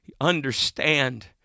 understand